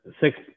six